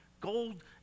Gold